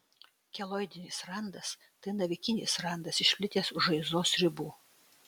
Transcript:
keloidinis randas tai navikinis randas išplitęs už žaizdos ribų